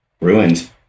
ruined